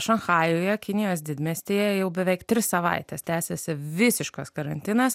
šanchajuje kinijos didmiestyje jau beveik tris savaites tęsiasi visiškas karantinas